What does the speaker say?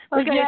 Okay